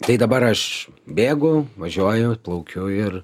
tai dabar aš bėgu važiuoju plaukiu ir